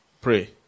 Pray